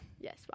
Yes